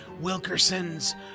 Wilkerson's